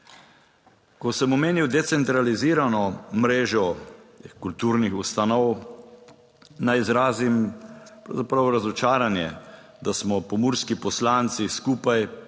Ko sem omenil decentralizirano mrežo kulturnih ustanov, naj izrazim pravzaprav razočaranje, da smo pomurski poslanci skupaj,